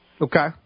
Okay